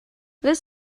this